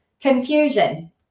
confusion